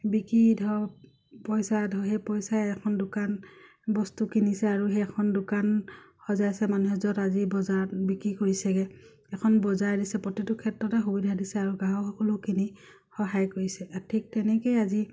বিকি ধৰক পইচা ধৰক সেই পইচাই এখন দোকান বস্তু কিনিছে আৰু সেই এখন দোকান সজাইছে মানুহে য'ত আজি বজাৰত বিক্ৰী কৰিছেগে এখন বজাৰ দিছে প্ৰতিটো ক্ষেত্ৰতে সুবিধা দিছে আৰু গাঁও সকলোখিনি সহায় কৰিছে আৰু ঠিক তেনেকেই আজি